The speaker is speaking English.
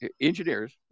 engineers